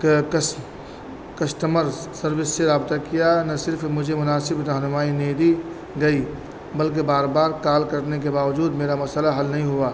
customer service سے رابطہ کیا نہ صرف مجھے مناسب رہنمائی نہیں دی گئی بلکہ بار بار کال کرنے کے باوجود میرا مسئلہ حل نہیں ہوا